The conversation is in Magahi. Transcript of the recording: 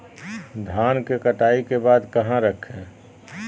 धान के कटाई के बाद कहा रखें?